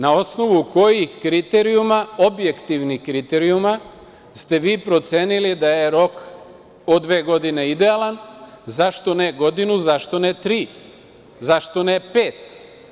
Na osnovu kojih kriterijuma, objektivnih kriterijuma, ste vi procenili da je rok od dve godine idealan, zašto ne godinu, zašto ne tri, zašto ne pet?